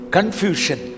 Confusion